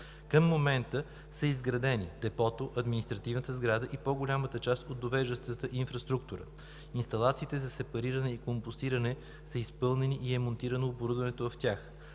Към момента са изградени депото, административната сграда и по-голямата част от довеждащата инфраструктура. Инсталациите за сепариране и компостиране са изпълнени и е монтирано оборудването в тях.